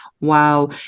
wow